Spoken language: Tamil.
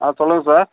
ஆ சொல்லுங்கள் சார்